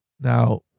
now